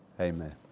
Amen